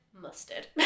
mustard